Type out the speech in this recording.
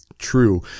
True